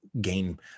gain